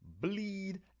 bleed